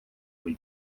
kui